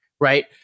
right